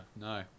no